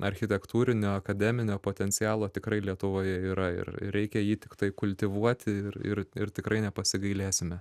architektūrinio akademinio potencialo tikrai lietuvoje yra ir reikia jį tiktai kultivuoti ir ir ir tikrai nepasigailėsime